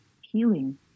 healing